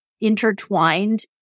intertwined